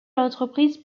l’entreprise